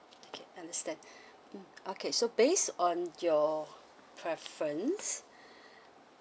okay understand mm okay so based on your preference